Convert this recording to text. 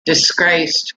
disgraced